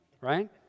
right